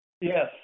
Yes